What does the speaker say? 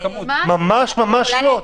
ממש ממש לא.